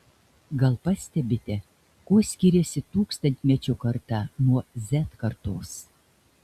gal pastebite kuo skiriasi tūkstantmečio karta nuo z kartos